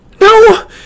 no